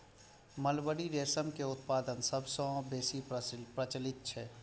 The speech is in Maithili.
मलबरी रेशम के उत्पादन सबसं बेसी प्रचलित छै